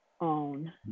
own